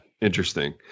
Interesting